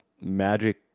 Magic